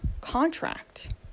contract